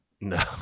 No